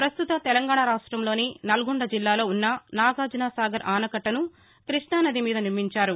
పస్తుతం తెలంగాణ రాష్టంలోని నల్గొండ జిల్లాలో ఉన్న నాగార్జనసాగర్ ఆనకట్టను క్బష్టానది మీద నిర్మించారు